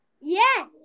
Yes